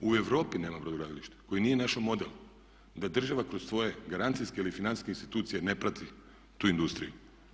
U Europi nema brodogradilišta koji nije našao model da država kroz svoje garancijske ili financijske institucije ne prati tu industriju.